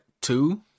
two